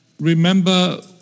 remember